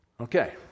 Okay